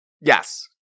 yes